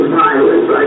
violence